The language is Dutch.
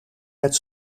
met